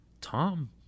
Tom